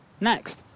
next